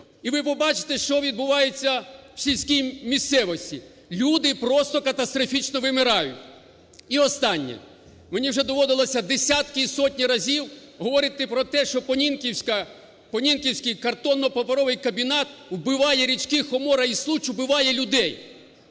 і ви побачите, що відбувається в сільській місцевості. Люди просто катастрофічно вимирають. І останнє. Мені вже доводилося десятки і сотні разів говорити про те що Понінківська… Понінківський картонно-паперовий комбінат вбиває річки Хомора і Случ, убиває людей.